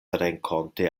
renkonte